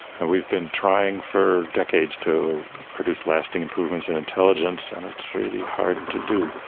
and we've been trying for decades to produce lasting improvements in intelligence and it's really hard to do.